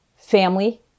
family